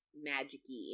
magic-y